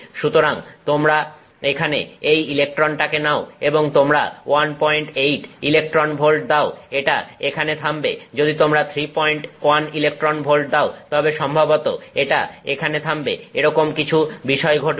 সুতরাং তোমরা এখানে এই ইলেকট্রনটাকে নাও এবং তোমরা 18 ইলেকট্রন ভোল্ট দাও এটা এখানে থামবে যদি তোমরা 31 ইলেকট্রন ভোল্ট দাও তবে সম্ভবত এটা এখানে থামবে এরকম কিছু বিষয় ঘটবে